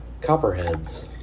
Copperheads